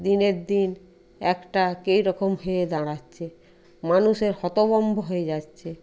দিনের দিন একটা কিরকম হয়ে দাঁড়াচ্ছে মানুষের হতভম্ব হয়ে যাচ্ছে